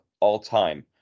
all-time